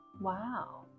wow